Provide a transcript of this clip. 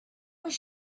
was